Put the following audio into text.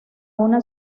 una